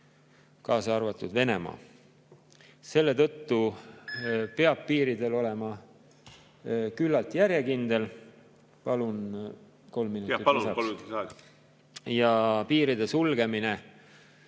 kaasa arvatud Venemaa. Selle tõttu peab piiridel olema küllaltki järjekindel. Palun kolm minutit lisaks.